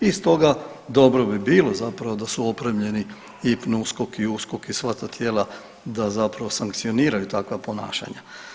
I stoga dobro bi bilo zapravo da su opremljeni i PNUSKOK i USKOK i sva ta tijela da zapravo sankcioniraju takva ponašanja.